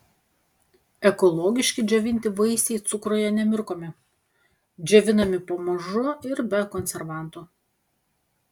ekologiški džiovinti vaisiai cukruje nemirkomi džiovinami pamažu ir be konservantų